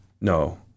no